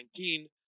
2019